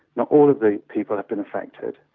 not all of the people have been affected,